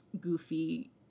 goofy